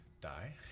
die